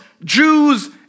Jews